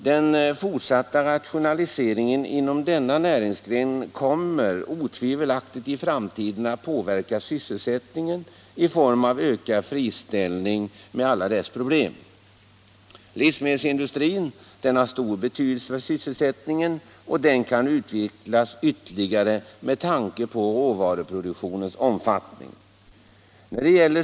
Den fortsatta rationaliseringen inom denna näringsgren kommer i framtiden otvivelaktigt att påverka sysselsättningen i form av ökad friställning med alla dess problem. Livsmedelsindustrin, som har stor betydelse för sysselsättningen, kan utvecklas ytterligare med tanke på råvaruproduktionens omfattning.